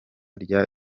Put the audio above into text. rya